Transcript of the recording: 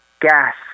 Gas